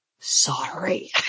Sorry